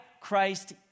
Christ